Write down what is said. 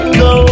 go